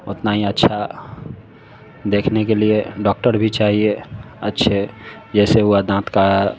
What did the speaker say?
उतना ही अच्छा देखने के लिए डॉक्टर भी चाहिए अच्छे जैसे हुआ दाँत का